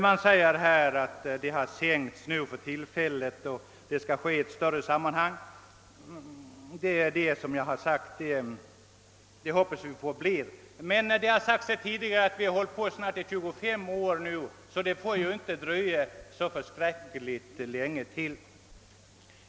Man säger att frakterna sänkts för tillfället och att den slutliga lösningen skall ske i ett större sammanhang. Det hoppas vi på, men som det har sagts tidigare har vi hållit på i 25 år, så det får inte dröja så länge till.